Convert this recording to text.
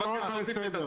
אני קורא אותך לסדר.